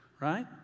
right